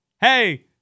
hey